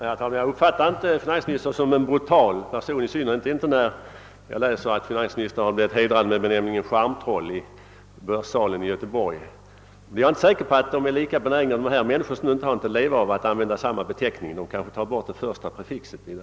Herr talman! Jag uppfattar inte finansministern som en brutal person — i synnerhet inte när jag läser i bladen att finansministern i Börssalen i Göteborg har blivit hedrad med benämningen charmtroll. Men jag är inte säker på att de människor som nu inte har någonting att leva av är benägna att använda samma beteckning — de kanske tar bort prefixet i ordet.